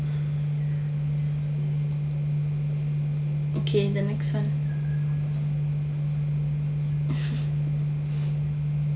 okay the next [one]